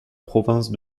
province